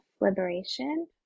liberation